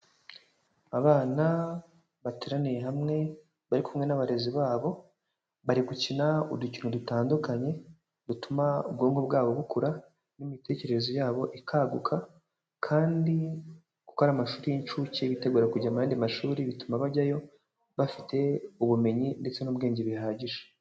Abana bateraniye hamwe bari kumwe n'abarezi babo, bari gukina udukino dutandukanye dutuma ubwonko bwabo bukura n'imitekerereze yabo ikaguka kandi kuko ari amashuri y'inshuke bitegura kujya mu yandi mashuri bituma bajyayo bafite ubumenyi ndetse n'ubwenge bihagije.